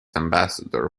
ambassador